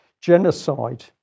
genocide